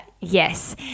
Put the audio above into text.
yes